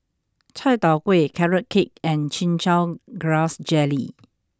Chai Tow Kway Carrot Cake and Chin Chow Grass Jelly